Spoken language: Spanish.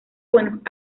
buenos